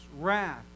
wrath